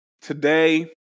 today